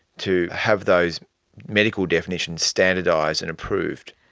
to have those medical definitions standardised and approved.